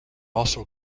also